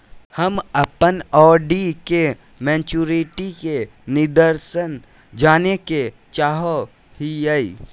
हम अप्पन आर.डी के मैचुरीटी के निर्देश जाने के चाहो हिअइ